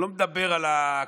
אני לא מדבר על הכושלים,